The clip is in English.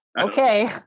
okay